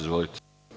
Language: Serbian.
Izvolite.